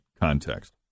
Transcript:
context